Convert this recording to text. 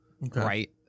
right